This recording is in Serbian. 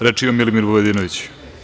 Reč ima Milimir Vujadinović.